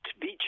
beach